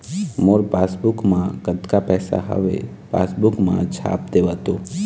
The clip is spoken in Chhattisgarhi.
मोर पासबुक मा कतका पैसा हवे पासबुक मा छाप देव तो?